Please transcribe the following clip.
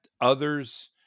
others